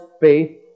faith